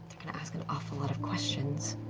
going to ask an awful lot of questions.